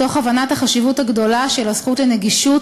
מתוך הבנת החשיבות הגדולה של הזכות לנגישות